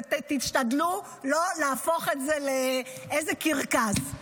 תשתדלו לא להפוך את זה לאיזה קרקס.